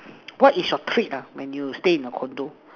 what is your treat ah when you stay in a condo